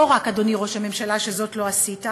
לא רק, אדוני ראש הממשלה, שזאת לא עשית,